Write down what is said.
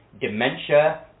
dementia